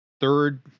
third